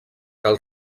cal